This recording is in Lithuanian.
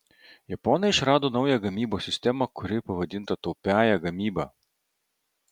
japonai išrado naują gamybos sistemą kuri pavadinta taupiąja gamyba